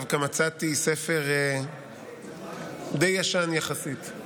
דווקא מצאתי ספר די ישן, יחסית,